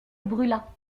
brûla